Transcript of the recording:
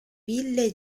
ville